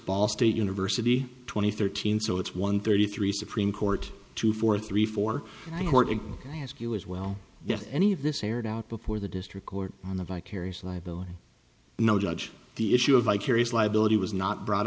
ball state university twenty thirteen so it's one thirty three supreme court two four three four and i horton i ask you as well if any of this aired out before the district court on the vicarious liability no judge the issue of vicarious liability was not brought